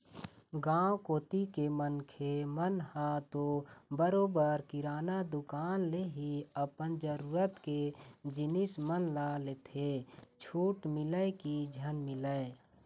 गाँव कोती के मनखे मन ह तो बरोबर किराना दुकान ले ही अपन जरुरत के जिनिस मन ल लेथे छूट मिलय की झन मिलय